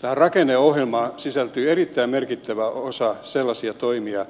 tähän rakenneohjelmaan sisältyy erittäin merkittävä osa sellaisia toimia